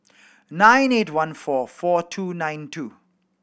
nine eight one four four two nine two